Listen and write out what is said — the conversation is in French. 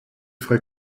frais